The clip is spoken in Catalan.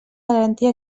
garantir